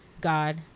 God